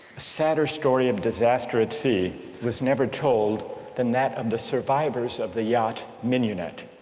sadder story of disaster at sea was never told than that of the survivors of the yacht mignonette.